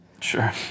Sure